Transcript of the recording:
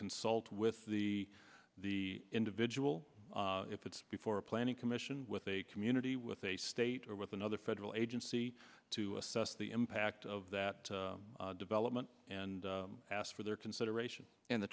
consult with the the individual if its before planning commission with a community with a state or with another federal agency to assess the impact of that development and ask for their consideration in the